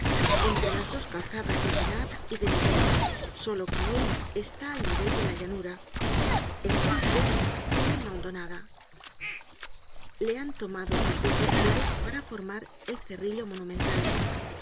entre las dos calzadas de genappe y de nivelles solo que hoy está al nivel de la llanura entonces era una hon donada le han tomado sus dos declives para formar el cerrillo monumental este